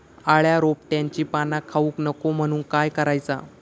अळ्या रोपट्यांची पाना खाऊक नको म्हणून काय करायचा?